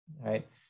right